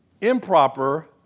improper